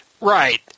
Right